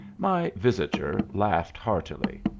my visitor laughed heartily.